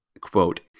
quote